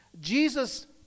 jesus